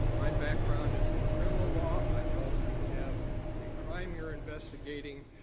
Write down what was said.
my background is in criminal law. i know if you have a crime you're investigating,